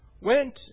went